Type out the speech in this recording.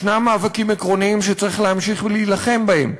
ישנם מאבקים עקרוניים שצריך להמשיך ולהילחם בהם,